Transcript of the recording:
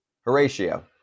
Horatio